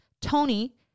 Tony